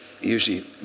usually